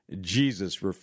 Jesus